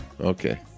Okay